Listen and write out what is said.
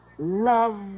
Love